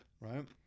Right